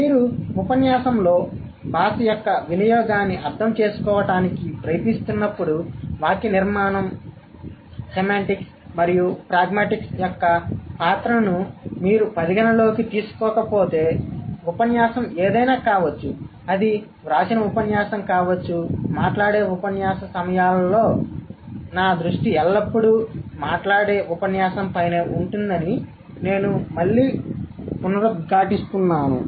కాబట్టి మీరు ఉపన్యాసంలో భాష యొక్క వినియోగాన్ని అర్థం చేసుకోవడానికి ప్రయత్నిస్తున్నప్పుడు వాక్యనిర్మాణం సెమాంటిక్స్ మరియు ప్రాగ్మాటిక్స్ యొక్క పాత్రను మీరు పరిగణనలోకి తీసుకోకపోతే ఉపన్యాసం ఏదైనా కావచ్చు అది వ్రాసిన ఉపన్యాసం కావచ్చు అది మాట్లాడే ఉపన్యాస సమయాలులో నా దృష్టి ఎల్లప్పుడూ మాట్లాడే ఉపన్యాసంపైనే ఉంటుందని నేను మళ్లీ పునరుద్ఘాటిస్తున్నాను